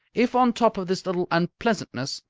if, on top of this little unpleasantness,